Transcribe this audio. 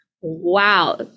Wow